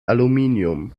aluminium